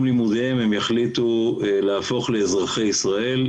לימודיהם הם יחליטו להפוך לאזרחי ישראל,